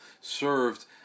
served